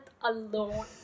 alone